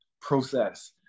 process